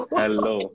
hello